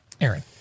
aaron